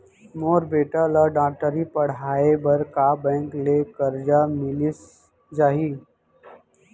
मोर बेटा ल डॉक्टरी पढ़ाये बर का बैंक ले करजा मिलिस जाही?